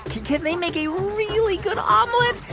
can they make a really good omelet?